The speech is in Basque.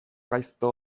gaizto